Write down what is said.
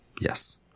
Yes